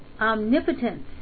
omnipotence